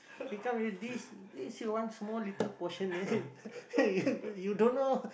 they come already this you see one small little portion you don't know